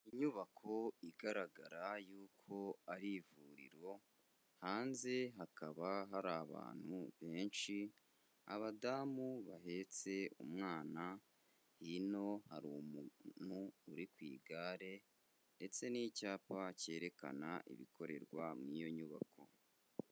Inyubako igaragara yuko ari ivuriro, hanze hakaba hari abantu benshi, abadamu bahetse umwana, hino hari umuntu uri ku igare ndetse n'icyapa cyerekana ibikorerwa muri iyo nyubako.